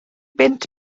bunt